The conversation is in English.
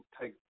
take